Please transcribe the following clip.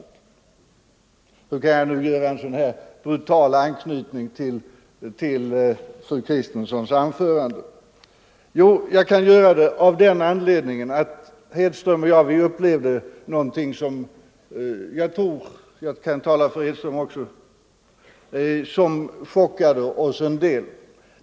— Varför kan jag nu göra en sådan här brutal anknytning till fru Kristenssons anförande? Jo, jag kan göra det av den anledningen att Uno Hedström och jag upplevde någonting — här tror jag att jag kan tala också för Hedström —- som chockade oss en hel del.